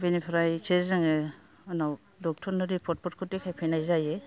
बेनिफ्रायसो जोङो उनाव डक्ट'रनो रिपर्टफोरखौ देखायफैनाय जायो